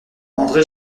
andré